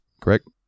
correct